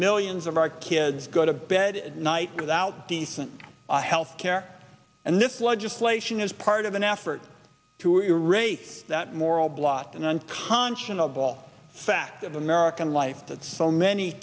millions of our kids go to bed at night without decent health care and this legislation is part of an effort to erase that moral blot an unconscionable fact of american life that so many